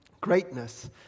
greatness